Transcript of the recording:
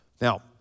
Now